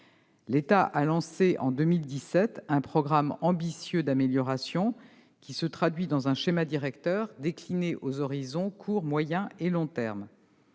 L'État a lancé en 2017 un programme ambitieux d'amélioration, qui se traduit dans un schéma directeur décliné aux horizons à court, à moyen et à long terme.